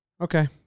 Okay